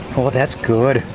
oh that's good!